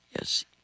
Yes